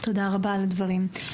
תודה רבה על הדברים.